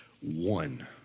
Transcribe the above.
one